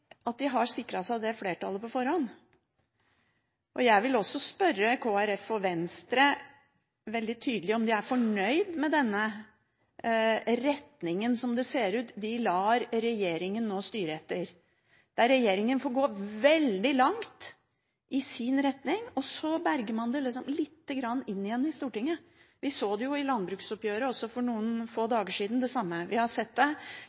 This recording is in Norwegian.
om de er fornøyd med den retningen som det nå ser ut til at de lar regjeringen styre etter, der regjeringen får gå veldig langt i sin retning, og så berger man det litt inn igjen i Stortinget. Vi så det samme i landbruksoppgjøret for noen få dager siden, vi har sett det